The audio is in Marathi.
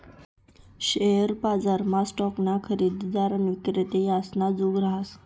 शेअर बजारमा स्टॉकना खरेदीदार आणि विक्रेता यासना जुग रहास